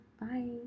Bye